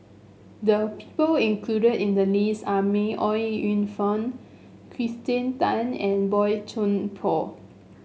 the people included in the list are May Ooi Yu Fen Kirsten Tan and Boey Chuan Poh